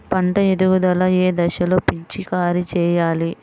పంట ఎదుగుదల ఏ దశలో పిచికారీ చేయాలి?